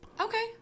Okay